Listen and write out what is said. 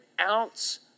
ounce